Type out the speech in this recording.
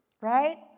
Right